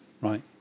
right